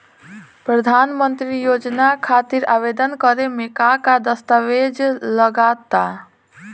प्रधानमंत्री योजना खातिर आवेदन करे मे का का दस्तावेजऽ लगा ता?